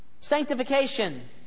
sanctification